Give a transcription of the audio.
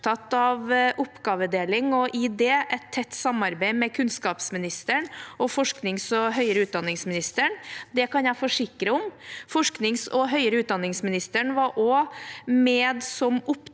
opptatt av oppgavedeling og i det et tett samarbeid med kunnskapsministeren og forsknings- og høyere utdanningsministeren. Jeg kan forsikre om at det er vi også. Forsknings- og høyere utdanningsministeren var også med som oppdragsgiver